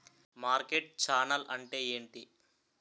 Market channel అంటే ఏంటి?